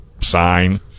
sign